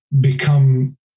become